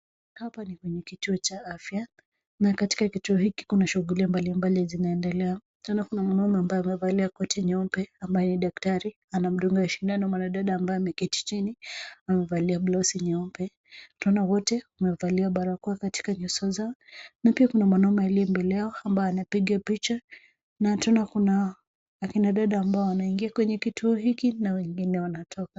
Hapa ni kwenye kituo cha afya na katika kituo hiki kuna shughuli mbalimbali zinaendelea, tunaona kuna mwanaume ambaye amevalia koti nyeupe ambaye ni daktari. Anamdunga sindano mwanadada ambaye ameketi chini amevalia blauzi nyeupe. Tunaona wote wamevalia barakoa katika nyuso zao na pia kuna mwanaume aliye mbele yao ambaye anapiga picha, na tunaona kuna akina dada ambao wanaingia kwenye kituo hiki na wengine wanatoka.